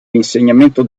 l’insegnamento